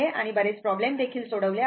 आणि बरेच प्रॉब्लेम देखील सोडवले आहेत